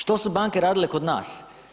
Što su banke radile kod nas?